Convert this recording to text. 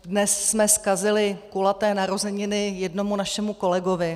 Dnes jsme zkazili kulaté narozeniny jednomu našemu kolegovi.